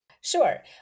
Sure